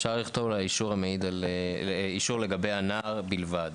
אפשר לכתוב אישור לגבי הנער בלבד